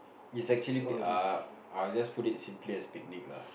it's actually b~ err I'll just put it simply as picnic lah